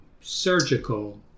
surgical